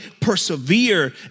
persevere